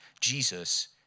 Jesus